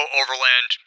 overland